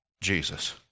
Jesus